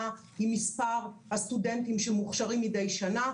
היא מספר הסטודנטים שמוכשרים מידי שנה,